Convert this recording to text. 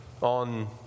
on